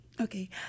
okay